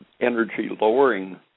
energy-lowering